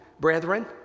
brethren